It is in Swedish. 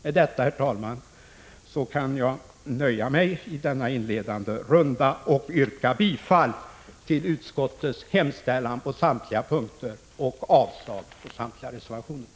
Med detta, herr talman, kan jag i denna inledande runda nöja mig med att yrka bifall till utskottets hemställan på samtliga punkter och avslag på samtliga reservationer.